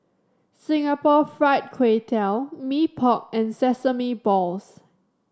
Singapore Fried Kway Tiao Mee Pok and sesame balls